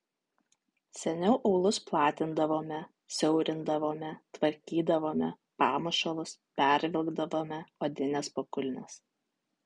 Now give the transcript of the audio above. seniau aulus platindavome siaurindavome tvarkydavome pamušalus pervilkdavome odines pakulnes